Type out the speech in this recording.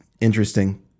interesting